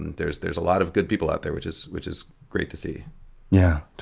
and there's there's a lot of good people out there, which is which is great to see yeah